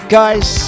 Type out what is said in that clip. guys